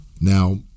Now